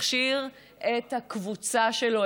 מכשיר את הקבוצה שלו,